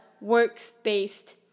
works-based